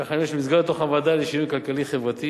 כך עולה שבמסגרת הוועדה לשינוי כלכלי-חברתי